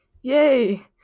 Yay